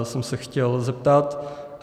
To jsem se chtěl zeptat.